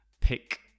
pick